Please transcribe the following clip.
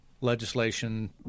legislation